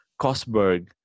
Kosberg